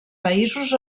països